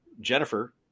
Jennifer